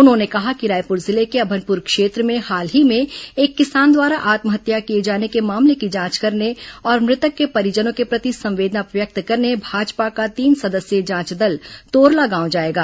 उन्होंने कहा कि रायपुर जिले के अभनपुर क्षेत्र में हाल ही में एक किसान द्वारा आत्महत्या किए जाने के मामले की जांच करने और मृतक के परिजनों के प्रति संवेदना व्यक्त करने भाजपा का तीन सदस्यीय जांच दल तोरला गांव जाएगा